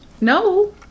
No